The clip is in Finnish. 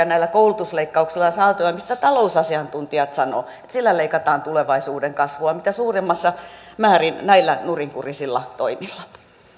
näillä koulutusleikkauksilla on saatu ja mistä talousasiantuntijat sanovat että niillä leikataan tulevaisuuden kasvua mitä suurimmassa määrin näillä nurinkurisilla toimilla